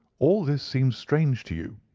all this seems strange to you,